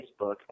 Facebook